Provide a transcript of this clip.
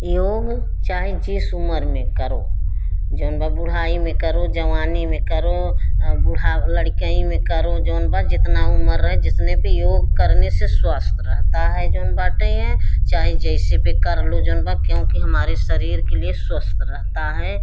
योग चाहे जिस उम्र में करो जोन बा बुढ़ाई में करो जवानी में करो बुढ़ाव लड़कई में करो जोन बा जितना उम्र है जितने पर योग करने से स्वस्थ रहता है जोन बाटे यह चाहे जैसे पर कर लो जोन बा क्योंकि हमारे शरीर के लिए स्वस्थ रहता है